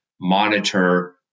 monitor